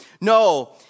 No